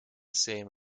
same